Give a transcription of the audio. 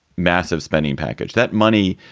massive spending package. that money.